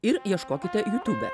ir ieškokite jutube